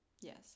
Yes